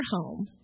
home